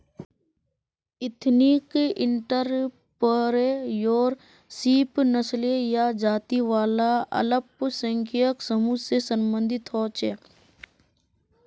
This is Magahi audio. एथनिक इंटरप्रेंयोरशीप नस्ली या जाती वाला अल्पसंख्यक समूह से सम्बंधित होछे